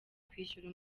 kwishyura